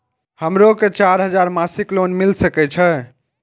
हमरो के चार हजार मासिक लोन मिल सके छे?